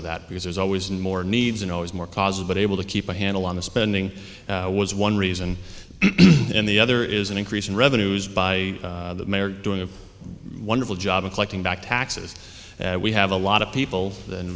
with that because there's always more needs and always more causes but able to keep a handle on the spending was one reason and the other is an increase in revenues by the mayor doing a wonderful job of collecting back taxes and we have a lot of people and